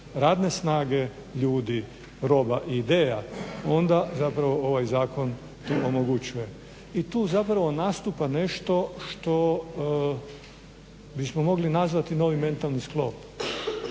radne snage ljudi, roba i ideja onda zapravo ovaj zakon tu omogućuje. I tu zapravo nastupa nešto što bismo mogli nazvati novi mentalni sklop.